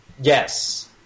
Yes